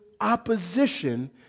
opposition